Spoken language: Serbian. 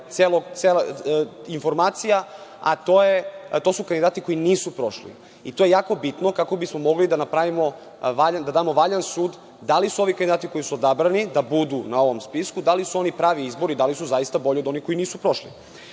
informacija, a to su kandidati koji nisu prošli. To je jako bitno, kako bismo mogli da damo valjan sud da li su ovi kandidati koji su odabrani na ovom spisku pravi izbor i da li su zaista bolji od onih kojih nisu prošli. Sada